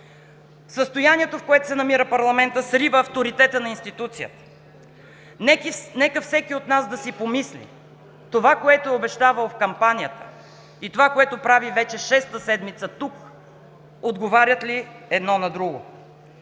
Състоянието, в което се намира парламентът, срива авторитета на институцията. Нека всеки от нас да си помисли: онова, което е обещавал в кампанията, и това, което прави вече шеста седмица тук, отговарят ли едно на друго?